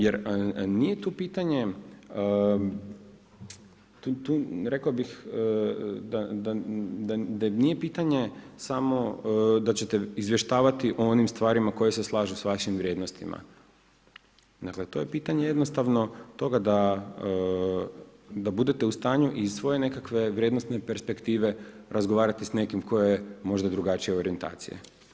Jer nije tu pitanje, rekao bih da nije pitanje samo da ćete izvještavati o onim stvarima koje se slažu s vašim vrijednostima, dakle to je pitanje toga da budete u stanju iz svoje nekakve vrijednosne perspektive razgovarati s nekim tko je možda drugačije orijentacije.